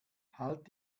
halt